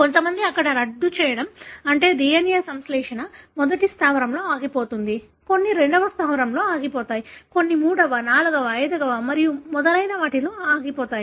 కొంతమందికి ఇక్కడ రద్దు చేయడం అంటే DNA సంశ్లేషణ మొదటి స్థావరంలో ఆగిపోతుంది కొన్ని రెండవ స్థావరంలో ఆగిపోతాయి కొన్ని మూడవ నాల్గవ ఐదవ మరియు మొదలైన వాటిలో ఆగిపోతాయి